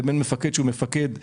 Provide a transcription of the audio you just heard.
לבין מפקד שהוא מפקד לוחם.